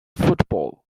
football